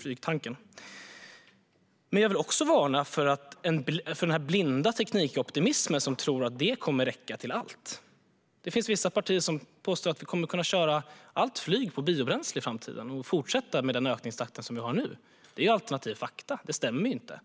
flygtanken. Jag vill också varna för den blinda teknikoptimismen där man tror att det kommer att räcka till allt. Det finns vissa partier som påstår att vi kommer att kunna köra allt flyg på biobränsle i framtiden och fortsätta med den ökningstakt som vi har nu. Det är alternativa fakta. Det stämmer inte.